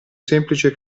semplice